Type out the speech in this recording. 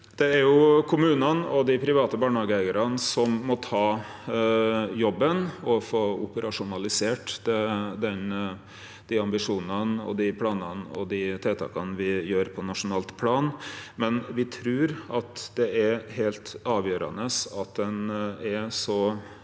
Det er kom- munane og dei private barnehageeigarane som må ta jobben og få operasjonalisert dei ambisjonane, planane og tiltaka me gjer på nasjonalt plan. Men me trur det er heilt avgjerande at ein er så